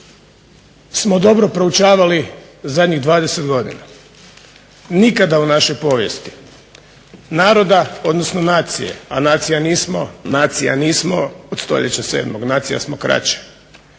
smo dobro proučavali zadnjih 20 godina. Nikada u našoj povijesti naroda, odnosno nacije, a nacija nismo, nacija nismo od stoljeća sedmog. Nacija smo kraće.